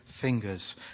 fingers